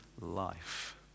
life